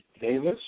Davis